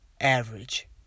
average